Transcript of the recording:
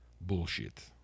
bullshit